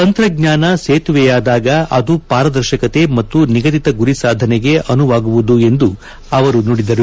ತಂತ್ರಜ್ಙಾನ ಸೇತುವೆಯಾದಾಗ ಅದು ಪಾರದರ್ಶಕತೆ ಮತ್ತು ನಿಗದಿತ ಗುರಿಸಾಧನೆಗೆ ಅನುವಾಗುವುದು ಎಂದು ಅವರು ನುಡಿದರು